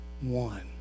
One